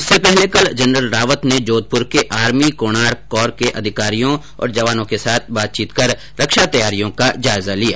इससे पहले कल जनरल रावत ने जोधपुर में आर्मी कोणार्क कौर के अधिकारियों और जवानों के साथ बातचीत कर रक्षा तैयारियों का जायजा लिया